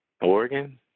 Oregon